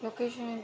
location